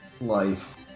life